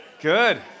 Good